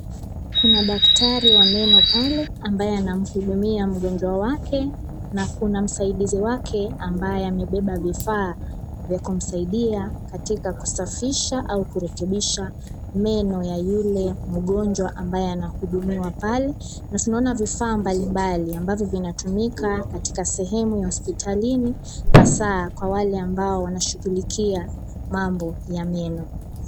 Kuna daktari wa meno pale ambaye anamhudumia mgonjwa wake na kuna msaidizi wake ambaye amebeba vifaa vya kumsaidia katika kusafisha au kurekebisha meno ya yule mgonjwa ambaye anahudumiwa pale na tunaona vifaa mbalimbali ambavyo vinatumika katika sehemu ya hospitalini hasa kwa wale ambao wanashughulikia mambo ya meno.